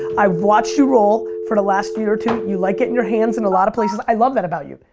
i've watched you roll for the last year or two. you like getting your hands in a lot of places. i love that about you.